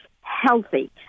healthy